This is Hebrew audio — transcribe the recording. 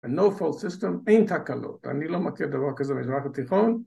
A no-fault system אין תקלות, אני לא מכיר דבר כזה במזרח התיכון